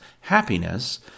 happiness